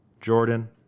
Jordan